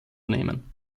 nehmen